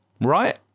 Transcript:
Right